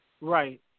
Right